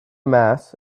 mass